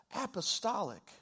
apostolic